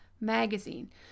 Magazine